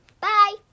Bye